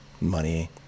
money